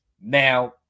Now